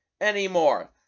anymore